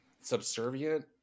subservient